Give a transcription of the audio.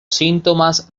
síntomas